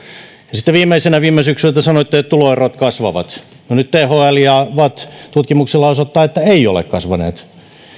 sitten viimeisenä viime syksynä te sanoitte että tuloerot kasvavat no nyt thl ja vatt tutkimuksellaan osoittavat että eivät ole kasvaneet